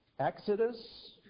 Exodus